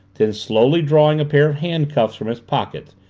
then, slowly drawing a pair of handcuffs from his pocket,